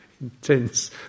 intense